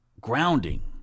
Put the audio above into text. grounding